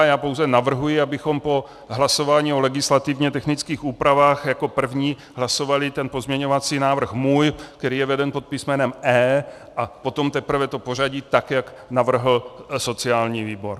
Já pouze navrhuji, abychom po hlasování o legislativně technických úpravách jako první hlasovali pozměňovací návrh můj, který je veden pod písmenem E, a potom teprve pořadí, jak navrhl sociální výbor.